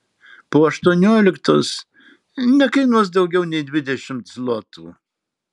po aštuonioliktos nekainuos daugiau nei dvidešimt zlotų